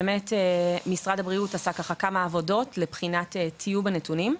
משרד הבריאות עשה כמה עבודות לבחינת טיוב הנתונים,